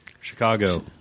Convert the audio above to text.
Chicago